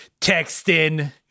texting